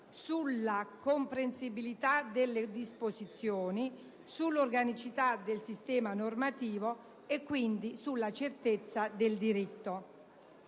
sulla comprensibilità delle disposizioni, sull'organicità del sistema normativo e quindi sulla certezza del diritto.